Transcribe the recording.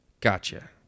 Gotcha